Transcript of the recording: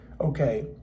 okay